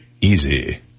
easy